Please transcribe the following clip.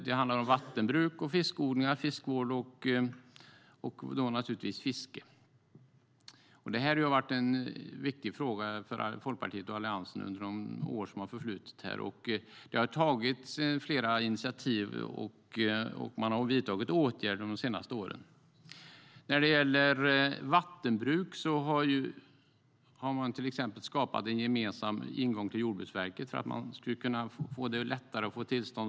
Det handlar om vattenbruk, fiskodlingar, fiskevård och fiske. Detta har varit en viktig fråga för Folkpartiet och Alliansen under de år som har förflutit. Det har tagits flera initiativ, och det har vidtagits åtgärder under de senaste åren. När det gäller vattenbruk har man skapat en gemensam ingång till Jordbruksverket för att det ska bli lättare att få tillstånd.